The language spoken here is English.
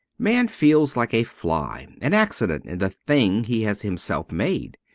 man feels like a fly, an accident in the thing he has himself made.